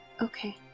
Okay